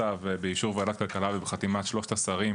באישור ועדת הכלכלה ובחתימת שלושת השרים